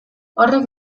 horrek